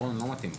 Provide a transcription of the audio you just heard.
רון, לא מתאים.